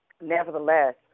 Nevertheless